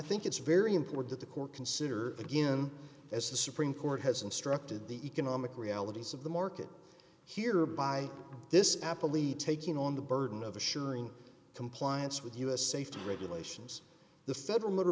think it's very important that the court consider again as the supreme court has instructed the economic realities of the market here by this apple e taking on the burden of assuring compliance with us safety regulations the federal motor